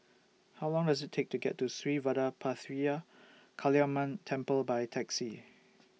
How Long Does IT Take to get to Sri Vadapathira Kaliamman Temple By Taxi